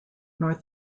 north